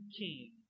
king